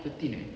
thirteen eh